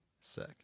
Sick